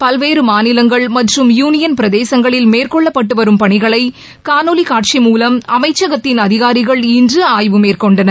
பல்வேறு மாநிலங்கள் மற்றும் யூனியன் பிரதேசங்களில் மேற்கொள்ளப்பட்டு வரும் பணிகளை காணொலி காட்சி மூலம் அமைச்சகத்தின் அதிகாரிகள் இன்று ஆய்வு மேற்கொண்டனர்